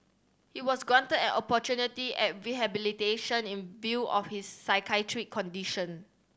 he was granted an opportunity at rehabilitation in view of his psychiatric condition